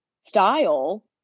style